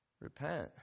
repent